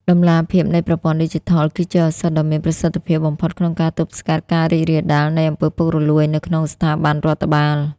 តម្លាភាពនៃប្រព័ន្ធឌីជីថល គឺជាឱសថដ៏មានប្រសិទ្ធភាពបំផុតក្នុងការទប់ស្កាត់ការរីករាលដាលនៃ អំពើពុករលួយ នៅក្នុងស្ថាប័នរដ្ឋបាល។